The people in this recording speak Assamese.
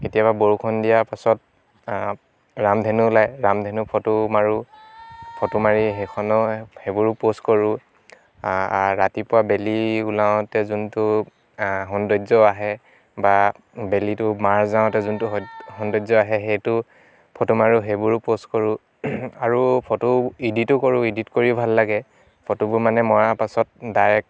কেতিয়াবা বৰষুণ দিয়াৰ পাছত ৰামধেনু ওলায় ৰামধেনুৰ ফটো মাৰোঁ ফটো মাৰি সেইখনো সেইবোৰো পোষ্ট কৰোঁ ৰাতিপুৱা বেলি ওলাওতে যোনটো সৌন্দৰ্য আহে বা বেলিটো মাৰ যাওঁতে যোনটো সৌন সৌন্দৰ্য আহে সেইটো ফটো মাৰোঁ সেইবোৰো পোষ্ট কৰোঁ আৰু ফটো ইডিতো কৰোঁ ইডিট কৰিও ভাল লাগে ফটোবোৰ মানে মৰাৰ পাছত ডাইৰেক্ট